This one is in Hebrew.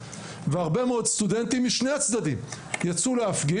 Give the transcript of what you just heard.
והרבה סטודנטים משני הצדדים יצאו להפגין.